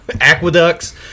aqueducts